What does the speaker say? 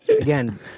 again